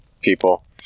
people